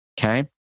okay